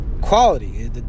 Quality